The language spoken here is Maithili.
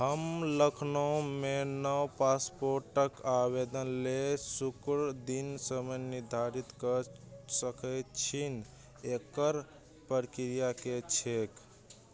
हम लखनऊमे नव पासपोर्टक आवेदन लेल शुक्र दिन समय निर्धारित कऽ सकैत छी एकर प्रक्रिया की छैक